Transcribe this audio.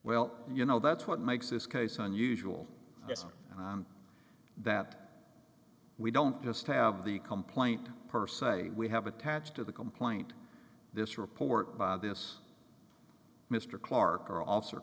well you know that's what makes this case unusual that we don't just have the complaint per se we have attached to the complaint this report by this mr clark or officer